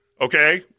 okay